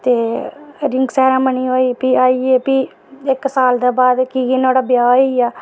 ते ring ceremony होई ते भी आई गे ते इक साल दे बाद नुहाड़ा ब्याह् होई गेआ